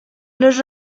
los